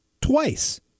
twice